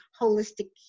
holistic